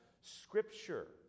scripture